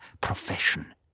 profession